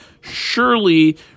surely